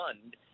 fund